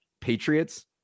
Patriots